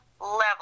level